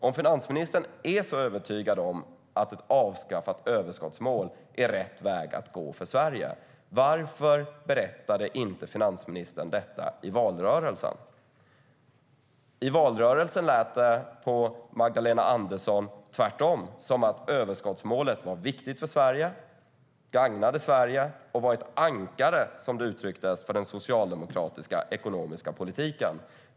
Om finansministern är så övertygad om att ett avskaffat överskottsmål är rätt väg att gå för Sverige undrar jag: Varför berättade inte finansministern detta i valrörelsen?I valrörelsen lät det tvärtom på Magdalena Andersson som att överskottsmålet var viktigt för Sverige. Det gagnade Sverige och var ett ankare, som det uttrycktes, för den socialdemokratiska ekonomiska politiken.